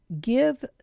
give